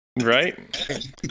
Right